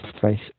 face